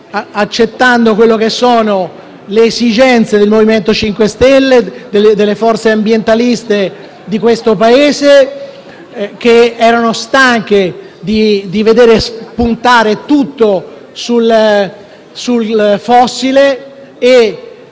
accettando le esigenze del MoVimento 5 Stelle, delle forze ambientaliste di questo Paese, che erano stanche di vedere puntare tutto sul fossile e,